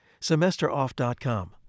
SemesterOff.com